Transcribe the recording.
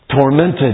Tormented